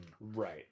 Right